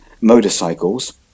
motorcycles